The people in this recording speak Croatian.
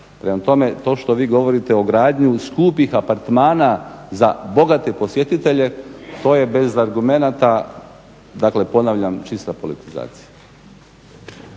prema tome to što vi govorite o gradnji skupih apartmana za bogate posjetitelje to je bez argumenata, dakle ponavljam čista politizacija.